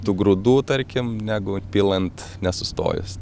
tų grūdų tarkim negu pilant nesustojus